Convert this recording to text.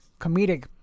comedic